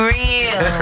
real